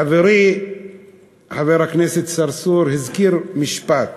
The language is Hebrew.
חברי חבר הכנסת צרצור הזכיר משפט: